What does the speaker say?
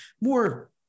more